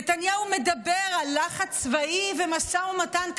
נתניהו מדבר על לחץ צבאי ומשא ומתן קשוח.